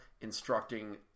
instructing